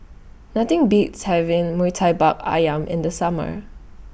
Nothing Beats having Murtabak Ayam in The Summer